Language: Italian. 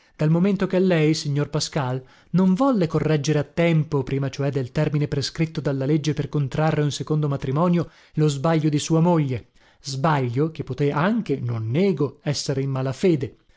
dal momento che lei signor pascal non volle correggere a tempo prima cioè del termine prescritto dalla legge per contrarre un secondo matrimonio lo sbaglio di sua moglie sbaglio che poté anche non nego essere in